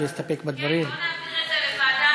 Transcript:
אם כל התשובה של משרד הנגב והגליל היא שהחבר'ה האלה יפוזרו,